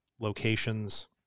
locations